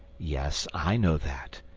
yes i know that.